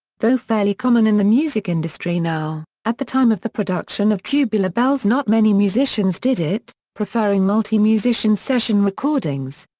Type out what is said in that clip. though fairly common in the music industry now, at the time of the production of tubular bells not many musicians did it, preferring multi-musician session recordings.